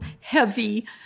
heavy